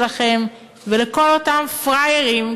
לקהל הבוחרים שלכם ולכל אותם "פראיירים",